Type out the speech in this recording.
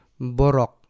borok